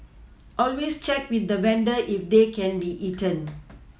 always check with the vendor if they can be eaten